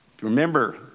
Remember